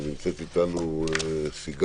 נמצאות איתנו סיגל,